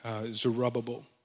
Zerubbabel